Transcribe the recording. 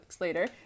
later